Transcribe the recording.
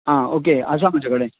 आं ओके आसा म्हजे कडेन